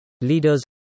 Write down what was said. leaders